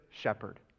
shepherd